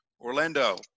orlando